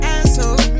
Asshole